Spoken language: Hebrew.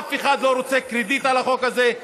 אף אחד לא רוצה קרדיט על החוק הזה.